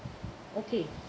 okay